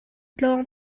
tlawng